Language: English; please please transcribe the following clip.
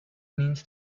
means